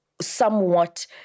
somewhat